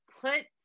put